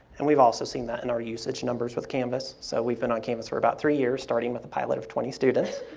and we've also seen that in our usage, numbers with canvas, so we've been on canvas for about three years, starting with the pilot of twenty students,